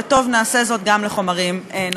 וטוב אם נעשה זאת גם לחומרים נוספים.